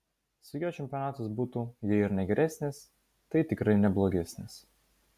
su juo čempionatas būtų jei ir ne geresnis tai tikrai ne blogesnis